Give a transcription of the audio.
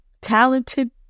talented